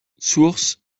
source